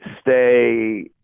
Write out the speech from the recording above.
stay